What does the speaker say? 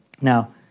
Now